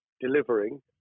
delivering